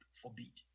forbid